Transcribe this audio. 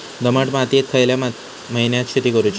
दमट मातयेत खयल्या महिन्यात शेती करुची?